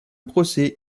procès